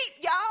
y'all